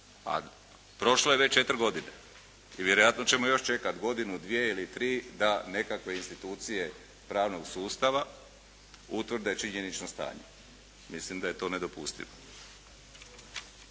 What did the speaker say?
A prošlo je već četiri godine i vjerojatno ćemo još čekati godinu, dvije ili tri da nekakve institucije pravnog sustava utvrde činjenično stanje, mislim da je to nedopustivo.